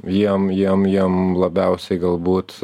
jiem jiem jiem labiausiai galbūt